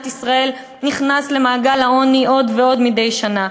ישראל נכנס למעגל העוני עוד ועוד מדי שנה.